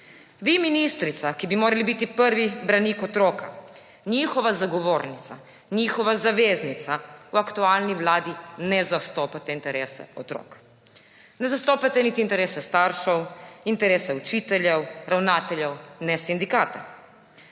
Vi, ministrica, ki bi morali biti prvi branik otrok, njihova zagovornica, njihova zaveznica, v aktualni vladi ne zastopate interesov otrok. Ne zastopata niti interesov staršev, interesov učiteljev, ravnateljev ne sindikata.